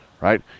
right